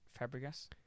Fabregas